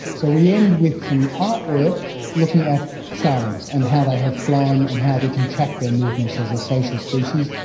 so we end with some artwork looking at ah starlings and how they have flown and how we can track their movements as a social species,